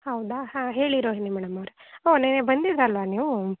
ಹೌದಾ ಹಾಂ ಹೇಳಿ ರೋಹಿಣಿ ಮೇಡಮ್ ಅವರೇ ಓಹ್ ನೆನ್ನೆ ಬಂದಿದ್ರಲ್ವಾ ನೀವು